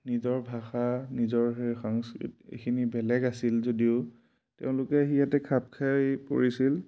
নিজৰ ভাষা নিজৰ সেই সংস্কৃতি এইখিনি বেলেগ আছিল যদিও তেওঁলোকে আহি ইয়াতে খাপ খাই পৰিছিল